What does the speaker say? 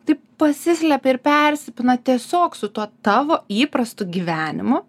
taip pasislepia ir persipina tiesiog su tuo tavo įprastu gyvenimu